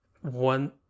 one